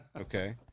okay